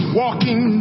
walking